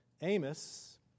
Amos